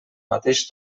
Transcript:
mateix